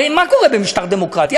הרי מה קורה במשטר דמוקרטי?